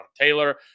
Taylor